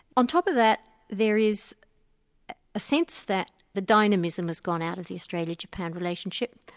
on top of that there is a sense that the dynamism has gone out of the australia-japan relationship,